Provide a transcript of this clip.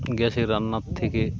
গ্যাসে রান্নার থেকে